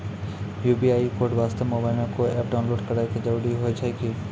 UPI code वास्ते mobile मे कोय एप्प डाउनलोड करे के जरूरी होय छै की?